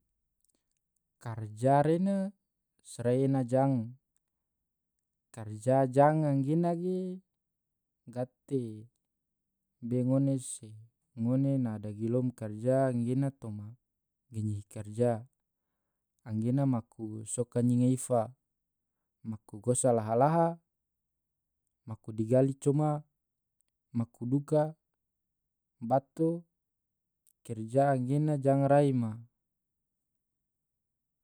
karja rena sorai ena jang. Karja jang angena ge gate be ngone se ngone na dagilom karja angena toma genyihi karja angena maku soka nyinga ifa, maaku gosa laha-laha, maku digali coma maku duka bato karja angena jang rai ma.